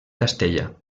castella